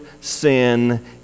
sin